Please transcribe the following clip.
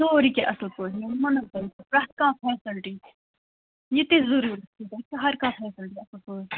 سورُے کیٚنٛہہ اَصٕل پٲٹھۍ ووٚنمو نا تۅہہِ پرٛتھ کانٛہہ فیسلٹی یہِ تۄہہِ ضروٗرت چھُ ہر کانٛہہ فیسلٹی اَصٕل پٲٹھۍ